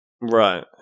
Right